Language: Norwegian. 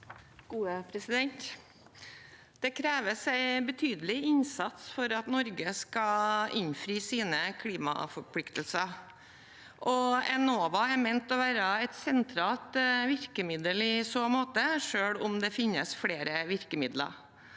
(A) Det kreves en betydelig innsats for at Norge skal innfri sine klimaforpliktelser, og Enova er ment å være et sentralt virkemiddel i så måte, selv om det finnes flere virkemidler.